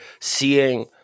seeing